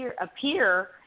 appear